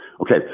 Okay